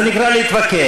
זה נקרא להתווכח.